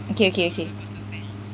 okay okay okay